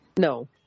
No